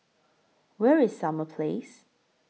Where IS Summer Place